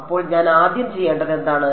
അപ്പോൾ ഞാൻ ആദ്യം ചെയ്യേണ്ടത് എന്താണ്